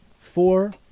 four